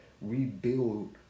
Rebuild